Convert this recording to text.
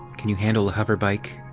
can you handle a hover bike?